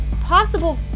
Possible